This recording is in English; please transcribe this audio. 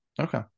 okay